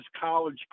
college